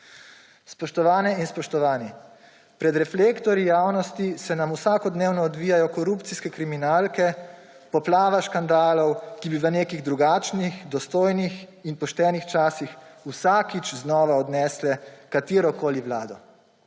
Spoštovane in spoštovani, pred reflektorji javnosti se nam vsakodnevno odvijajo korupcijske kriminalke, poplava škandalov, ki bi v nekih drugačnih, dostojnih in poštenih časih vsakič znova odnesla katerokoli vlado.